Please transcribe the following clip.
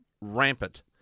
rampant